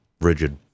rigid